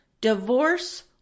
Divorce